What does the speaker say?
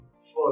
first